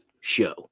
show